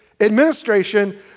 administration